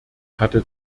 hatte